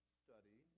study